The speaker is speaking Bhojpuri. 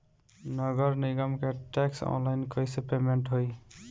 नगर निगम के टैक्स ऑनलाइन कईसे पेमेंट होई?